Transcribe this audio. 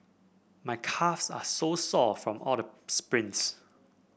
my calves are so sore from all the sprints